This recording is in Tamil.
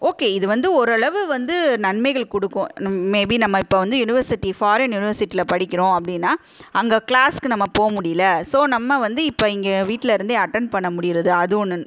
ஓகே இது வந்து ஓரளவு வந்து நன்மைகள் கொடுக்கும் மேபி நம்ம இப்போ வந்து யுனிவர்சிட்டி ஃபாரின் யுனிவர்சிட்டியில படிக்கிறோம் அப்படினா அங்கே க்ளாஸ்க்கு நம்ம போக முடியல ஸோ நம்ம வந்து இப்போ இங்கே வீட்டிலருந்தே அட்டன் பண்ண முடிகிறது அது ஒன்று